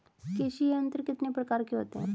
कृषि यंत्र कितने प्रकार के होते हैं?